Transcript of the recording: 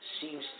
seems